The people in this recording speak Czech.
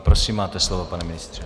Prosím, máte slovo, pane ministře.